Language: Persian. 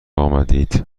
آمدید